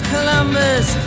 Columbus